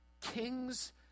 Kings